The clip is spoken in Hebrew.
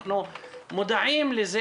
אנחנו מודעים לזה